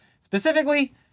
Specifically